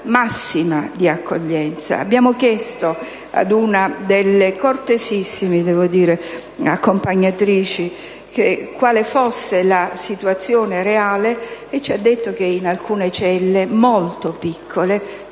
massima di accoglienza. Abbiamo chiesto ad una delle cortesissime accompagnatrici quale fosse la situazione reale e ci è stato spiegato che, in alcune celle molto piccole, vi